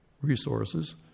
resources